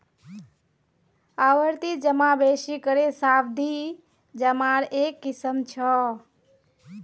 आवर्ती जमा बेसि करे सावधि जमार एक किस्म छ